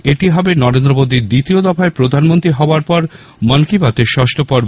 এটি হবে নরেন্দ্র মোদীর দ্বিতীয় দফায় প্রধানমন্ত্রী হওয়ার পর মন কি বাতএর ষষ্ঠ পর্ব